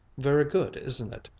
very good, isn't it?